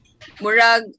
murag